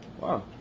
Wow